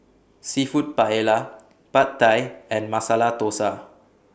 Seafood Paella Pad Thai and Masala Dosa